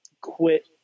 quit